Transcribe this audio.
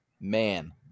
Man